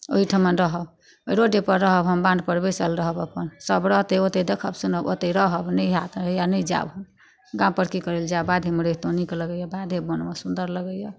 ओहिठमन रहब रोडेपर रहब हम बान्हपर बैसल रहब अपन सब रहतै ओतै देखब सुनब ओतै रहब नहि हाएत होइया नहि जायब गामपर कि करै लए जायब बाधेमे रहितहुँ नीक लगैया बाधे वनमे सुन्दर लगैया